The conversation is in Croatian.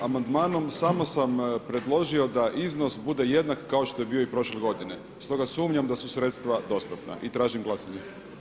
Sa predloženim amandmanom samo sam predložio da iznos bude jednak kao što je bio i prošle godine, stoga sumnjam da su sredstva dostatna i tražim glasanje.